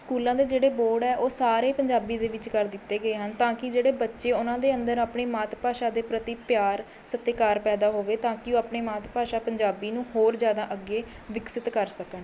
ਸਕੂਲਾਂ ਦੇ ਜਿਹੜੇ ਬੋਰਡ ਹੈ ਉਹ ਸਾਰੇ ਪੰਜਾਬੀ ਦੇ ਵਿੱਚ ਕਰ ਦਿੱਤੇ ਗਏ ਹਨ ਤਾਂ ਕਿ ਜਿਹੜੇ ਬੱਚੇ ਉਹਨਾਂ ਦੇ ਅੰਦਰ ਆਪਣੀ ਮਾਤ ਭਾਸ਼ਾ ਦੇ ਪ੍ਰਤੀ ਪਿਆਰ ਸਤਿਕਾਰ ਪੈਂਦਾ ਹੋਵੇ ਤਾਂ ਕਿ ਉਹ ਆਪਣੀ ਮਾਤ ਭਾਸ਼ਾ ਪੰਜਾਬੀ ਨੂੰ ਹੋਰ ਜ਼ਿਆਦਾ ਅੱਗੇ ਵਿਕਸਿਤ ਕਰ ਸਕਣ